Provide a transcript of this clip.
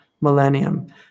millennium